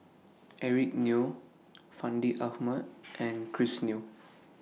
Eric Neo Fandi Ahmad and Chris Yeo